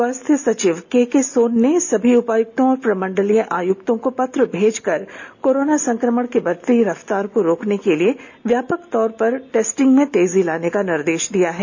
स्वास्थ्य सचिव केके सोन ने सभी उपायुक्तों और प्रमंडलीय आयुक्तों को पत्र भेजकर कोरोना संक्रमण की बढ़ती रफतार को रोकने के लिए व्यापक तौर पर टेस्टिंग में तेजी लाने का निर्देश दिया है